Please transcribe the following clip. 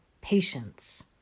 patience